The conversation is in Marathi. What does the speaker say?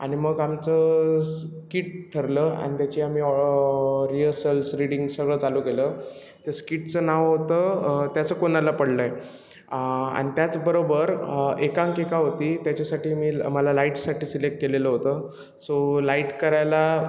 आणि मग आमचं स्किट ठरलं आणि त्याची आम्ही ऑ रिहर्सल्स रिडींग सगळं चालू केलं त्या स्किटचं नाव होतं त्याचं कोणाला पडलं आहे आणि त्याचबरोबर एकांकिका होती त्याच्यासाठी मी मला लाईटसाठी सिलेक्ट केलेलं होतं सो लाईट करायला